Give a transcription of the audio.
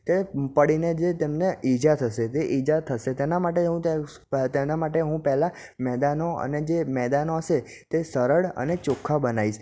તે પડીને જે તેમને ઈજા થશે તે ઈજા થશે તેના માટે હું તે તેના માટે હું પહેલાં મેદાનો અને જે મેદાનો હશે તે સરળ અને ચોખ્ખા બનાવીશ